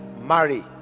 marry